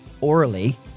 orally